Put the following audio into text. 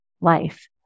life